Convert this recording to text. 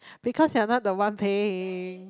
because you're not the one paying